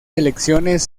elecciones